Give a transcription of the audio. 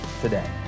today